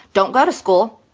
don't go to school.